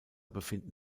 befinden